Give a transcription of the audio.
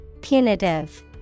Punitive